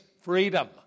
freedom